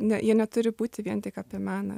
ne jie neturi būti vien tik apie meną